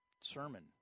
sermon